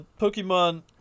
Pokemon